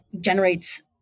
generates